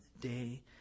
day